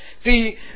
See